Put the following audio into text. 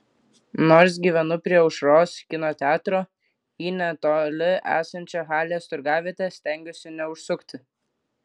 nors gyvenu prie aušros kino teatro į netoli esančią halės turgavietę stengiuosi neužsukti